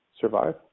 survive